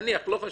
נניח, לא חשוב.